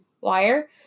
Wire